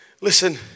listen